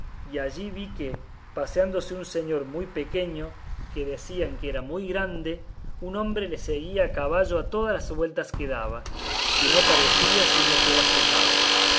y allí vi que paseándose un señor muy pequeño que decían que era muy grande un hombre le seguía a caballo a todas las vueltas que daba que no parecía sino que era su rabo